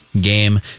game